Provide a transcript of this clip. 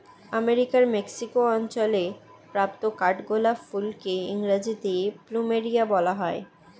আমেরিকার মেক্সিকো অঞ্চলে প্রাপ্ত কাঠগোলাপ ফুলকে ইংরেজিতে প্লুমেরিয়া বলা হয়